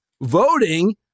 Voting